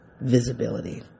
visibility